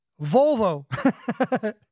Volvo